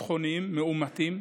ביטחוניים מאומתים,